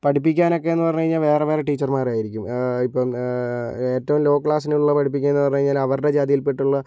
പഠിപ്പിക്കാനൊക്കെന്ന് പറഞ്ഞ് കഴിഞ്ഞാൽ വേറെ വേറെ ടീച്ചർമാറായിരിക്കും ഇപ്പം ഏറ്റവും ലോ ക്ലാസിനുള്ള പഠിപ്പിക്കാന്ന് പറഞ്ഞു കഴിഞ്ഞാൽ അവരുടെ ജാതിയിൽ പെട്ടുള്ള